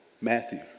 Matthew